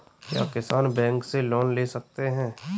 क्या किसान बैंक से लोन ले सकते हैं?